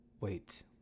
Wait